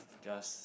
just